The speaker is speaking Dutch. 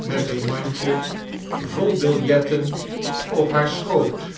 met een mandje vol biljetten op haar schoot